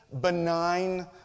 benign